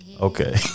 Okay